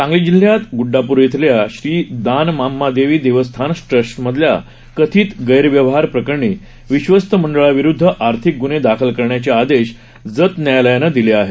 सांगली जिल्ह्यात गुड़डापूर इथल्या श्री दानम्मादेवी देवस्थान ट्रस्टमधल्या कथित गृष्टव्यवहार प्रकरणी विश्वस्त मंडळाविरुद्ध आर्थिक ग्न्हे दाखल करण्याचे आदेश जत न्यायालयानं दिले आहेत